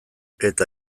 eta